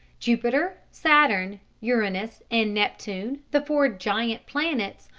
jupiter, saturn, uranus, and neptune, the four giant planets,